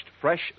fresh